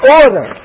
order